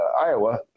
Iowa